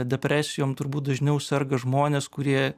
depresijom turbūt dažniau serga žmonės kurie